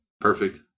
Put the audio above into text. Perfect